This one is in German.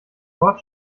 dort